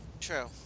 True